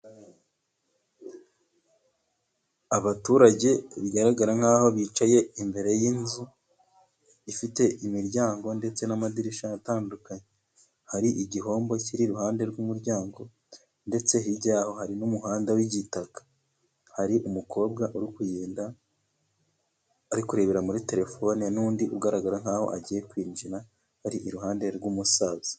Abaturage bigaragara nk'aho bicaye imbere y'inzu, ifite imiryango ndetse n'amadirishya atandukanye, hari igihombo kiri iruhande rw'umuryango ndetse hiryaho hari n'umuhanda w'igitaka, hari umukobwa uri kugenda ari kurebera muri terefone n'undi ugaragara nkaho agiye kwinjira, ari iruhande rw'umusaza.